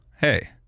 Hey